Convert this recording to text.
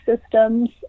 systems